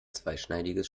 zweischneidiges